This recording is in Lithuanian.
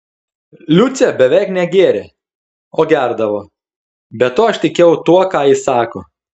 liucė beveik negėrė o gerdavo be to aš tikėjau tuo ką ji sako